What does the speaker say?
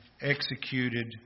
executed